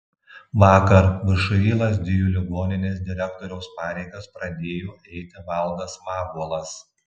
vakar všį lazdijų ligoninės direktoriaus pareigas pradėjo eiti valdas vabuolas